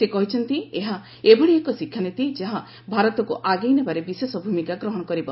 ସେ କହିଛନ୍ତି ଏହା ଏଭଳି ଏକ ଶିକ୍ଷାନୀତି ଯାହା ଭାରତକୁ ଆଗେଇ ନେବାରେ ବିଶେଷ ଭୂମିକା ଗ୍ରହଣ କରିବ